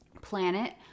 planet